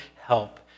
help